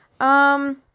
Um-